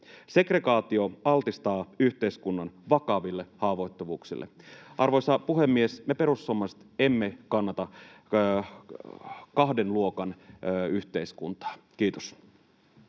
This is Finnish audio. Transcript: Segregaatio altistaa yhteiskunnan vakaville haavoittuvuuksille.” Arvoisa puhemies! Me perussuomalaiset emme kannata kahden luokan yhteiskuntaa. — Kiitos.